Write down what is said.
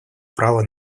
права